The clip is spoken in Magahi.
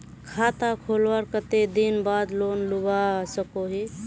खाता खोलवार कते दिन बाद लोन लुबा सकोहो ही?